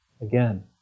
again